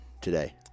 today